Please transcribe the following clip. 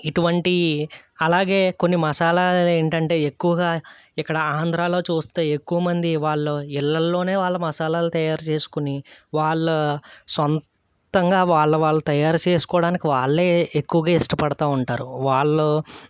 ఇటువంటివి అలాగే కొన్ని మసాలాలు ఏంటంటే ఎక్కువగా ఇక్కడ ఆంధ్రాలో చూస్తే ఎక్కువ మంది వాళ్ళు ఇళ్ళల్లోనే వాళ్ళు మసాలాలు తయారు చేసుకొని వాళ్ళ సొంతంగా వాళ్ళ వాళ్ళ తయారు చేసుకోవడానికి వాళ్ళే ఎక్కువగా ఇష్టపడతూ ఉంటారు వాళ్ళు